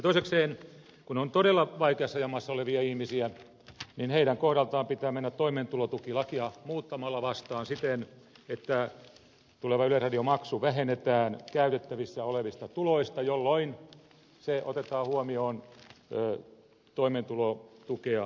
toisekseen kun on todella vaikeassa jamassa olevia ihmisiä niin heidän kohdaltaan pitää mennä toimeentulotukilakia muuttamalla vastaan siten että tuleva yleisradiomaksu vähennetään käytettävissä olevista tuloista jolloin se otetaan huomioon toimeentulotukea määrättäessä